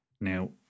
Now